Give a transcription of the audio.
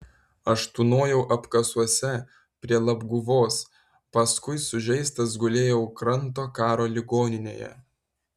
aš tūnojau apkasuose prie labguvos paskui sužeistas gulėjau kranto karo ligoninėje